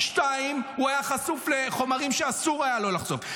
2. הוא היה חשוף לחומרים שאסור היה לו לחשוף.